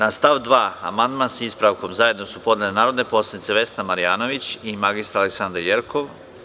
Na stav 2. amandman, sa ispravkom, zajedno su podnele narodne poslanice Vesna Marjanović i mr. Aleksandra Jerkov.